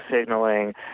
signaling